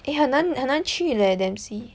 eh 很难很难去 leh Dempsey